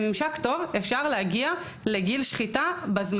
בממשק טוב אפשר להגיע לגיל שחיטה בזמן.